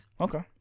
Okay